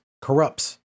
corrupts